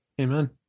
Amen